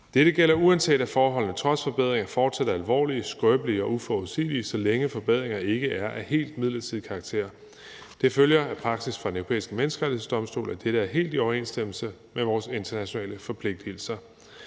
Dette gælder, uanset at forholdene trods forbedringer fortsat er alvorlige, skrøbelige og uforudsigelige, så længe forbedringerne ikke er af helt midlertidig karakter. Det følger af praksis fra Den Europæiske Menneskerettighedsdomstol, at dette er helt i overensstemmelse med vores internationale forpligtigelser.